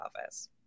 office